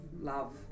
love